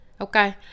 okay